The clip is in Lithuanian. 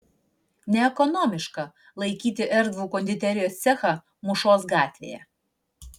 neekonomiška laikyti erdvų konditerijos cechą mūšos gatvėje